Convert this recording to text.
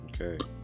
Okay